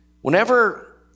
whenever